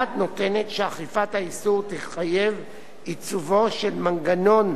הדעת נותנת שאכיפת האיסור תחייב עיצובו של מנגנון